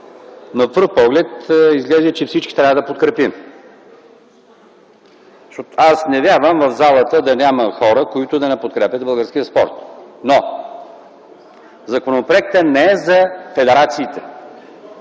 на пръв поглед изглежда, че всички трябва да го подкрепим. Аз не вярвам в залата да има хора, които да не подкрепят българския спорт, но законопроектът не е за федерациите.